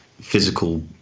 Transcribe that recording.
physical